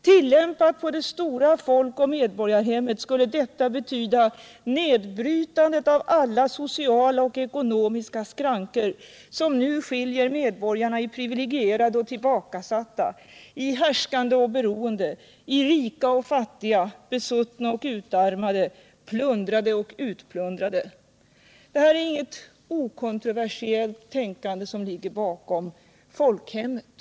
Tillämpat på det stora folkoch medborgarhemmet skulle detta betyda nedbrytandet av alla sociala och ekonomiska skrankor, som nu skilja medborgarna i privilegierade och tillbakasatta, i härskande och beroende, i rika och fattiga, besuttna och utarmade, plundrare och utplundrade.” Det är inget okontroversiellt tänkande som ligger bakom begreppet ”folkhemmet”.